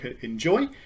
enjoy